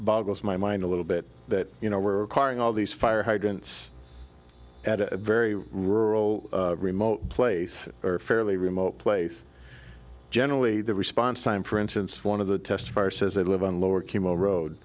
boggles my mind a little bit that you know we're requiring all these fire hydrants at a very rural remote place or a fairly remote place generally the response time for instance one of the testifier says i live on lower chemo road